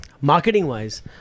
marketing-wise